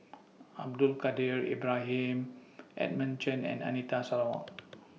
Abdul Kadir Ibrahim Edmund Chen and Anita Sarawak